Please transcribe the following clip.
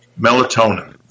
Melatonin